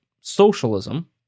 socialism